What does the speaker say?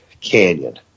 canyon